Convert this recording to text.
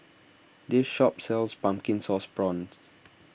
this shop sells Pumpkin Sauce Prawns